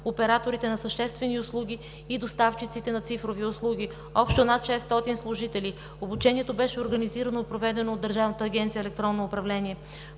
операторите на съществени услуги и доставчиците на цифрови услуги – общо над 600 служители. Обучението беше организирано и проведено от Държавната агенция „Електронно управление“.